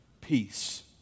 Peace